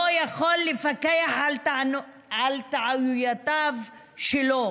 לא יכול לפקח על טעויותיו שלו.